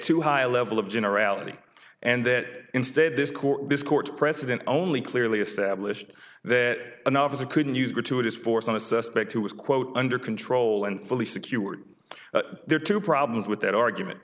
too high a level of generality and that instead this court this court precedent only clearly established that an officer couldn't use gratuitous force on a suspect who is quote under control and fully secured there are two problems with that argument